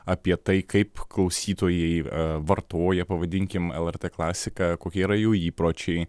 apie tai kaip klausytojai vartoja pavadinkim lrt klasiką kokie yra jų įpročiai